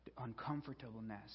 uncomfortableness